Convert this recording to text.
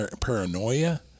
paranoia